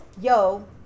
yo